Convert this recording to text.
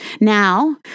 Now